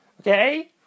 Okay